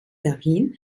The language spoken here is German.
darin